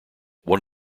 one